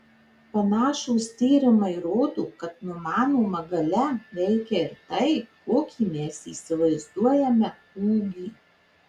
panašūs tyrimai rodo kad numanoma galia veikia ir tai kokį mes įsivaizduojame ūgį